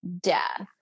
death